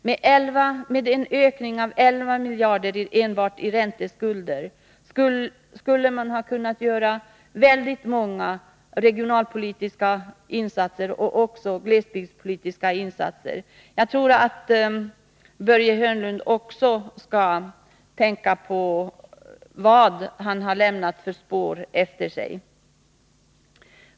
För de belopp som motsvarade 11 miljarder i ökade ränteskulder skulle man ha kunnat göra många regionalpolitiska och glesbygdspolitiska insatser. Börje Hörnlund bör enligt min mening tänka på vilka spår centern i det här avseendet har lämnat efter sig.